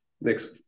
next